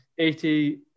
80